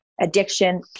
addiction